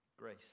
grace